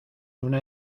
una